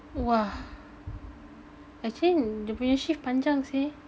!wah! actually dia punya shift panjang seh